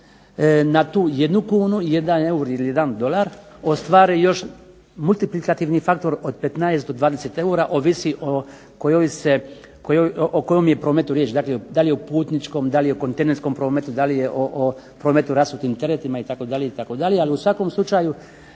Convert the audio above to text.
na tu jednu kunu, jedan eur, ili jedan dolar ostvare još multiplikativni faktor od 15 do 20 eura, ovisi o kojoj se, o kojem je prometu riječ, dakle da li je o putničkom, da li je u kontinentskom prometu, da li je o prometu rasutim teretima, itd., itd., ali u svakom slučaju